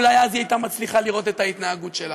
אולי אז היא הייתה מצליחה לראות את ההתנהגות שלה.